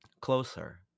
closer